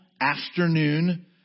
afternoon